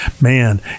Man